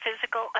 physical